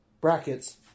brackets